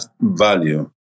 value